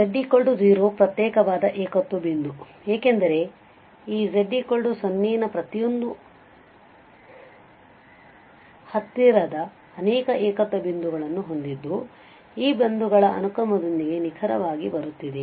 ಆದ್ದರಿಂದ z 0 ಪ್ರತ್ಯೇಕವಾದ ಏಕತ್ವ ಬಿಂದು ಅಲ್ಲ ಏಕೆಂದರೆ ಈ z 0 ನ ಪ್ರತಿಯೊಂದು hattirada ಅನೇಕ ಏಕತ್ವ ಬಿಂದುಗಳನ್ನು ಹೊಂದಿದ್ದು ಈ ಬಿಂದುಗಳ ಅನುಕ್ರಮದೊಂದಿಗೆ ನಿಖರವಾಗಿ ಬರುತ್ತಿದೆ